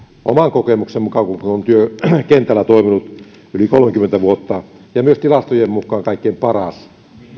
oman kokemukseni mukaan kun kun olen työkentällä toiminut yli kolmekymmentä vuotta ja myös tilastojen mukaan kaikkein paras